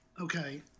Okay